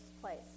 place